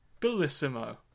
Bellissimo